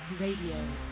Radio